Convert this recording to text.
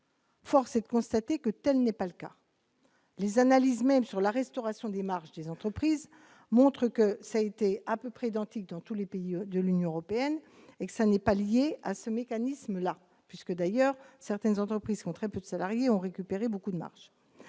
Force est de constater que telle n'est pas le cas. Les analyses même sur la restauration des marges des entreprises montrent que ça a été à peu près identique dans tous les pays de l'Union européenne et que ça n'est pas liée à ce mécanisme-là puisque d'ailleurs, certaines entreprises ont très peu de salariés ont récupéré beaucoup de marge,